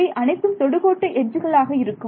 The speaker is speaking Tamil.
இவை அனைத்தும் தொடுகோடு எட்ஜுகளாக இருக்கும்